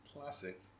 classic